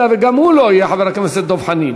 אם גם הוא לא יהיה, חבר הכנסת דב חנין.